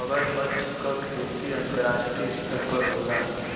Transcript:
मगरमच्छ क खेती अंतरराष्ट्रीय स्तर पर होला